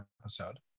episode